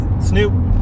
Snoop